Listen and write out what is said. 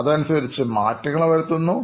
അതിനനുസരിച്ച മാറ്റങ്ങൾ വരുത്തുന്നു